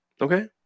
Okay